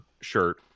shirt